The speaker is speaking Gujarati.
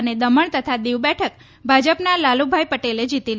અને દમણ તથા દીવ બેઠક ભાજપના લાલુભાઇ પટેલે જીતી છે